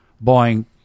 buying